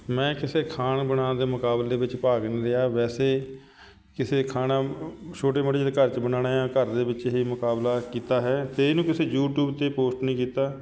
ਮੈਂ ਕਿਸੇ ਖਾਣ ਬਣਾਉਣ ਦੇ ਮੁਕਾਬਲੇ ਵਿੱਚ ਭਾਗ ਨਹੀਂ ਲਿਆ ਵੈਸੇ ਕਿਸੇ ਖਾਣਾ ਛੋਟੇ ਮੋਟੇ ਜਿੱਦਾਂ ਘਰ 'ਚ ਬਣਾਉਣਾ ਹੈ ਘਰ ਦੇ ਵਿੱਚ ਹੀ ਮੁਕਾਬਲਾ ਕੀਤਾ ਹੈ ਅਤੇ ਇਹਨੂੰ ਕਿਸੇ ਯੂਟਿਊਬ 'ਤੇ ਪੋਸਟ ਨਹੀਂ ਕੀਤਾ